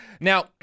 Now